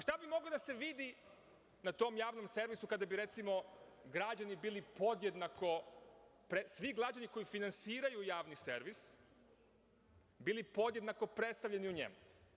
Šta bi moglo da se vidi na tom javnom servisu kada bi svi građani koji finansiraju javni servis bili podjednako predstavljeni u njemu?